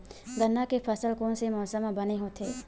गन्ना के फसल कोन से मौसम म बने होथे?